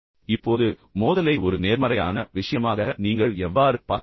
இப்போது மோதலை ஒரு நேர்மறையான விஷயமாக நீங்கள் எவ்வாறு பார்க்க முடியும்